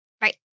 Right